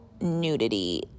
nudity